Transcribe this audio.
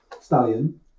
stallion